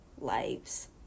lives